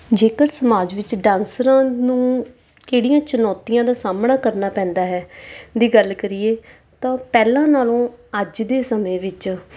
ਜੇਕਰ ਸਮਾਜ ਵਿੱਚ ਡਾਂਸਰਾਂ ਨੂੰ ਕਿਹੜੀਆਂ ਚੁਣੌਤੀਆਂ ਦਾ ਸਾਹਮਣਾ ਕਰਨਾ ਪੈਂਦਾ ਹੈ ਦੀ ਗੱਲ ਕਰੀਏ ਤਾਂ ਪਹਿਲਾਂ ਨਾਲੋਂ ਅੱਜ ਦੇ ਸਮੇਂ ਵਿੱਚ